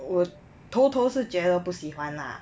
我头头是觉得不喜欢 lah